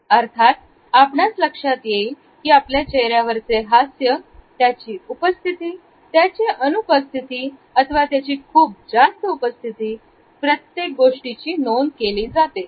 अर्थात आपणास लक्षात येईल की आपल्या चेहऱ्यावरचे हास्य त्याची उपस्थिती त्याची अनुपस्थिती अथवा त्यांची खूप जास्त उपस्थिती प्रत्येक गोष्टीची नोंद केली जाते